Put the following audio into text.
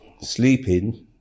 sleeping